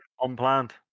unplanned